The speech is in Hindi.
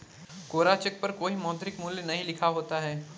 कोरा चेक पर कोई मौद्रिक मूल्य नहीं लिखा होता है